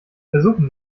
versuchen